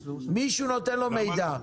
נועם, מישהו נותן לו מידע,